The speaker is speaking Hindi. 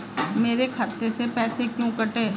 मेरे खाते से पैसे क्यों कटे?